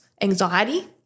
anxiety